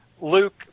Luke